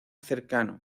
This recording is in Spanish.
cercano